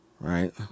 right